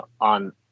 on